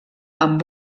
amb